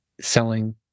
selling